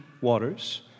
waters